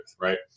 right